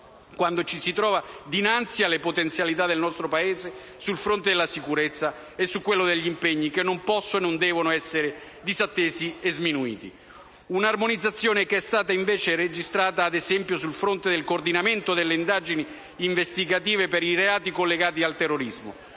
quando ci si trova dinanzi alle potenzialità del nostro Paese sul fronte della sicurezza e su quello degli impegni, che non possono e non devono essere disattesi o sminuiti. Un'armonizzazione che è stata invece registrata, ad esempio, sul fronte del coordinamento delle indagini investigative per i reati collegati al terrorismo,